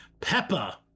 Peppa